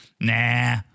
nah